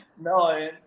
No